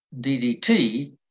DDT